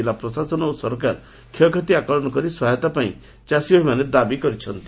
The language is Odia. କିଲ୍ଲା ପ୍ରଶାସନ ଓ ସରକାର କ୍ଷୟକ୍ଷତି ଆକଳନ କରି ସହାୟତା ପାଇଁ ଚାଷୀମାନେ ଦାବି କରିଛନ୍ତି